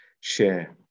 share